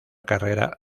carrera